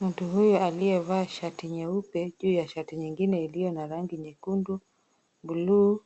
Mtu huyu aliyevaa shati nyeupe juu ya shati nyingine iliyo na rangi nyekundu, buluu,